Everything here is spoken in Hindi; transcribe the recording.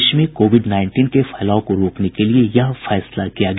देश में कोविड नाईनटीन के फैलाव को रोकने के लिए यह फैसला किया गया